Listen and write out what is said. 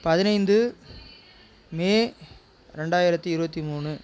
பதினைந்து மே ரெண்டாயிரத்தி இருபத்தி மூணு